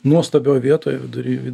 nuostabioj vietoj vidury